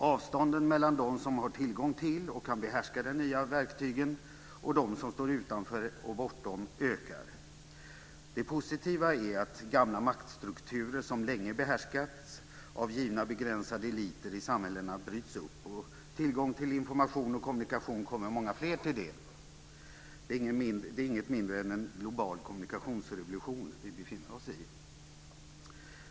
Avstånden mellan de som har tillgång till och kan behärska de nya verktygen och de som står utanför och bortom ökar. Det positiva är att gamla maktstrukturer, som länge behärskats av givna begränsade eliter i samhällena, bryts upp och att tillgång till information och kommunikation kommer många fler till del. Det är inget mindre än en global kommunikationsrevolution vi befinner oss i.